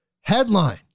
headline